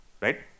right